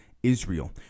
Israel